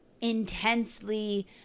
intensely